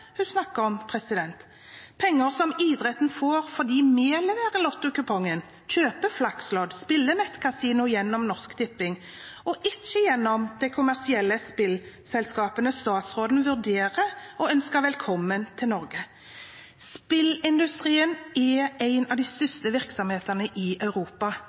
hun snakker om, penger som idretten får fordi vi leverer lottokupongen, kjøper Flax-lodd og spiller nettkasino gjennom Norsk Tipping og ikke gjennom de kommersielle spillselskapene statsråden vurderer å ønske velkommen i Norge. Spillindustrien er en av de største virksomhetene i Europa.